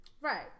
Right